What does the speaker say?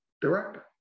director